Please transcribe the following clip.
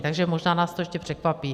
Takže možná nás to ještě překvapí.